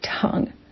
tongue